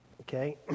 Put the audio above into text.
Okay